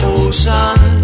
ocean